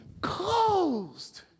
Closed